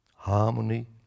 Harmony